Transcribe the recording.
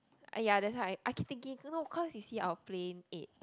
!aiya! that's why I keep thinking you know cause you see our plane eight